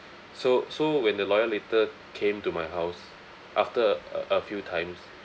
so so when the lawyer letter came to my house after a a few times